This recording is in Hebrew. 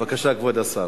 בבקשה, כבוד השר.